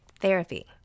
Therapy